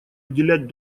уделять